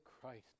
Christ